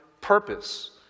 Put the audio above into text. purpose